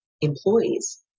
employees